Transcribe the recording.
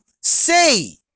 say